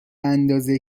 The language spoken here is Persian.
اندازه